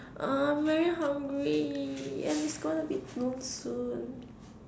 uh I'm very hungry and it's gonna be noon soon